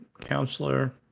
counselor